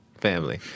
family